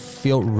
feel